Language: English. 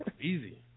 Easy